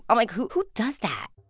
i'm like, who who does that?